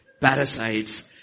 parasites